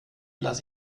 lasse